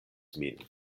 min